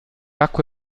acque